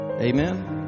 Amen